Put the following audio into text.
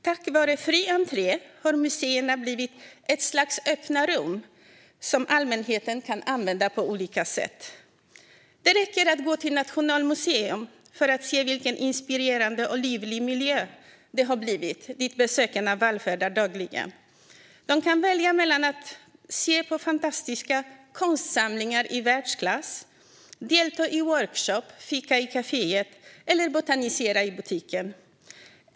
Tack vare fri entré har museerna blivit ett slags öppna rum som allmänheten kan använda på olika sätt. Det räcker att gå till Nationalmuseum för att se vilken inspirerande och livlig miljö det har blivit. Besökarna vallfärdar dit dagligen. De kan välja mellan att se på fantastiska konstsamlingar i världsklass, delta i workshoppar, fika i kaféet och botanisera i butiken.